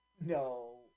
No